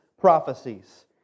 prophecies